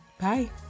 Bye